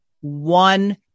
one